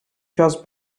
jazz